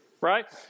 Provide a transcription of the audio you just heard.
right